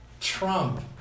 Trump